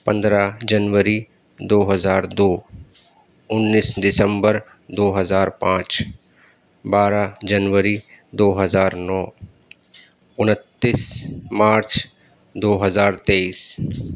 پندرہ جنوری دو ہزار دو انیس دسمبر دو ہزار پانچ بارہ جنوری دو ہزار نو انتیس مارچ دو ہزار تیئیس